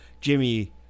Jimmy